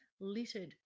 littered